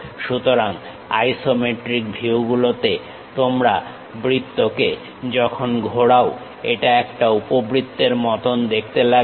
সুতরাং আইসোমেট্রিক ভিউগুলোতে তোমরা বৃত্তকে যখন ঘোরাও এটা একটা উপবৃত্তের মতন দেখতে লাগে